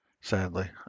sadly